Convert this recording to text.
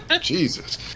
Jesus